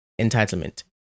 entitlement